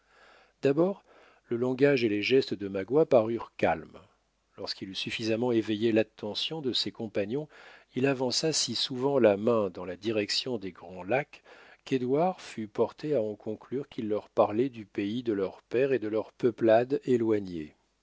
d'abord le langage et les gestes de magua parurent calmes lorsqu'il eut suffisamment éveillé l'attention de ses compagnons il avança si souvent la main dans la direction des grands lacs qu'édouard fut porté à en conclure qu'il leur parlait du pays de leurs pères et de leur peuplade éloignée